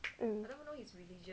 mm